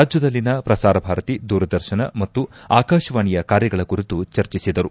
ರಾಜ್ಯದಲ್ಲಿನ ಪ್ರಸಾರಭಾರತಿ ದೂರದರ್ಶನ ಮತ್ತು ಆಕಾಶವಾಣಿಯ ಕಾರ್ಯಗಳ ಕುರಿತು ಚರ್ಚೆಸಿದರು